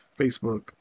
Facebook